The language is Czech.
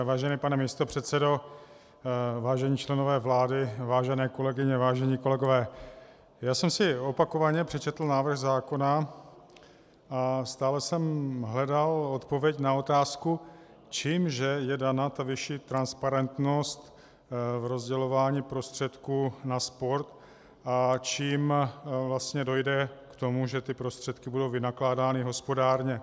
Vážený pane místopředsedo, vážení členové vlády, vážené kolegyně, vážení kolegové, opakovaně jsem si přečetl návrh zákona a stále jsem hledal odpověď na otázku, čím že je dána ta vyšší transparentnost v rozdělování prostředků na sport a čím vlastně dojde k tomu, že prostředky budou vynakládány hospodárně.